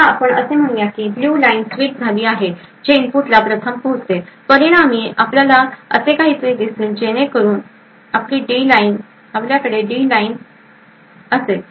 आता असे म्हणू या की ब्ल्यू लाईन स्विच झाली आहे जे इनपुटला प्रथम पोहोचते परिणामी आपल्याकडे असे काहीतरी दिसेल जेणेकरून आपल्याकडे डी लाईन असेल